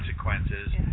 consequences